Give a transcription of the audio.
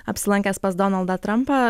apsilankęs pas donaldą trampą